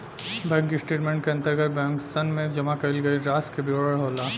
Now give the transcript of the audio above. bank statement के अंतर्गत बैंकसन में जमा कईल गईल रासि के विवरण होला